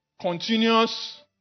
Continuous